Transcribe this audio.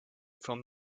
from